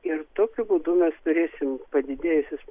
ir tokiu būdu mes turėsim padidėjusius